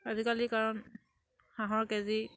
আজিকালি কাৰণ হাঁহৰ কে জি